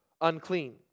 Unclean